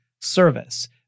service